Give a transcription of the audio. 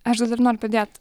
aš dar noriu pridėt